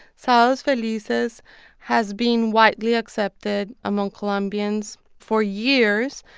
sabados felices has been widely accepted among colombians for years.